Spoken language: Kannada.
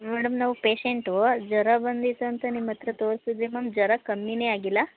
ಮೇಡಮ್ ನಾವು ಪೇಷಂಟೂ ಜ್ವರ ಬಂದಿತ್ತು ಅಂತ ನಿಮ್ಮ ಹತ್ರ ತೋರಿಸಿದ್ವಿ ಮ್ಯಾಮ್ ಜ್ವರ ಕಮ್ಮಿಯೇ ಆಗಿಲ್ಲ